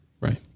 Right